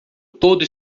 todo